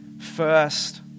first